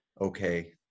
okay